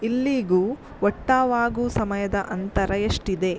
ಇಲ್ಲೀಗೂ ಒಟ್ಟಾವಾಗೂ ಸಮಯದ ಅಂತರ ಎಷ್ಟಿದೆ